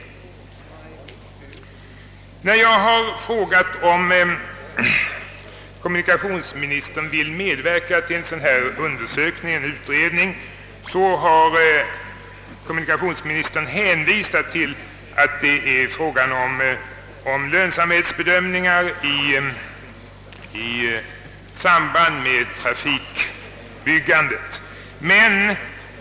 Med anledning av min fråga till kommunikationsministern, om han vill medverka till att en sådan här undersökning och utredning kommer till stånd, har kommunikationsministern hänvisat till att det är fråga om lönsamhetsbedömningar i samband med trafikbyggandet.